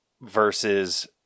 Versus